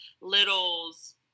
littles